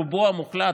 רובו המוחלט,